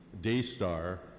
Daystar